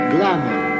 Glamour